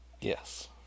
Yes